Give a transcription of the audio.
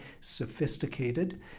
sophisticated